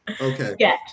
Okay